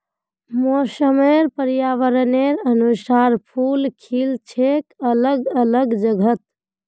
मौसम र पर्यावरनेर अनुसार फूल खिल छेक अलग अलग जगहत